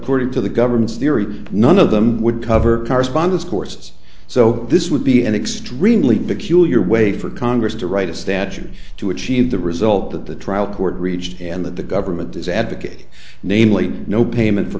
boarding to the government's theory none of them would cover correspondence courses so this would be an extremely peculiar way for congress to write a statute to achieve the result that the trial court reached and that the government does advocate namely no payment for